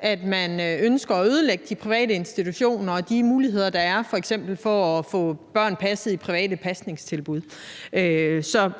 at man ønsker at ødelægge de private institutioner og de muligheder, der eksempelvis er for at få børnene passet i private pasningstilbud.